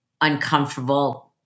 uncomfortable